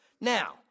Now